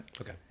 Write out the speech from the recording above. Okay